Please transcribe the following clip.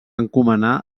encomanar